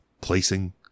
placing